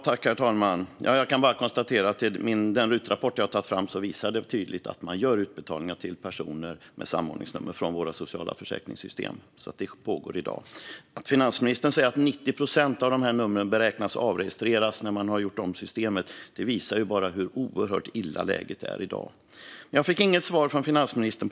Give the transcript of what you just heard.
Herr talman! Jag kan bara konstatera att den RUT-rapport jag har fått tydligt visar att man gör utbetalningar till personer med samordningsnummer från våra sociala försäkringssystem. Detta pågår alltså i dag. Finansministern säger att 90 procent av numren beräknas bli avregistrerade när man har gjort om systemet. Det visar bara hur oerhört illa det är i dag. På en fråga fick jag inget svar från finansministern.